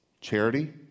Charity